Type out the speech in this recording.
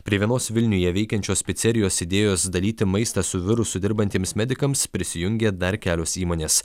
prie vienos vilniuje veikiančios picerijos idėjos dalyti maistą su virusu dirbantiems medikams prisijungė dar kelios įmonės